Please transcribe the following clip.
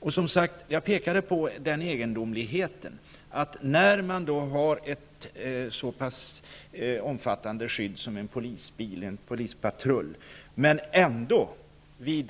Jag vill peka på en egendomlighet. Man har t.ex. ett så omfattande skydd som en polisbil eller en polispatrull, men i